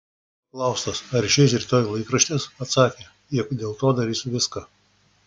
paklaustas ar išeis rytoj laikraštis atsakė jog dėl to darys viską